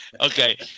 Okay